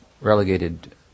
relegated